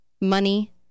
money